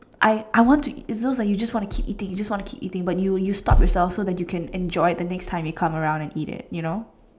I I want to it's like those you just want to keep eating you just want to keep eating but you stop yourself so you can enjoy the next time you come around and eat it